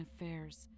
affairs